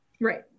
Right